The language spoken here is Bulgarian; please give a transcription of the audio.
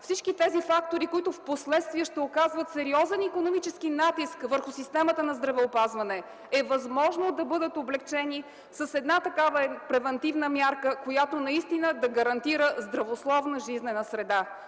всички тези фактори, които впоследствие ще оказват сериозен икономически натиск върху системата на здравеопазване, е възможно да бъдат облекчени с превантивна мярка, която наистина да гарантира здравословна жизнена среда.